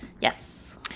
Yes